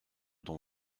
dont